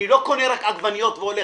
אני לא קונה רק עגבניות והולך.